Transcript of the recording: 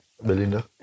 Belinda